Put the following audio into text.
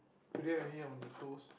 is there any on the toes